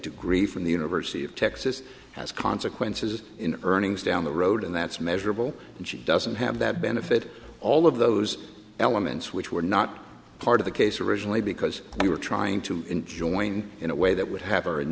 degree from the university of texas has consequences in earnings down the road and that's measurable and she doesn't have that benefit all of those elements which were not part of the case originally because we were trying to join in a way that would have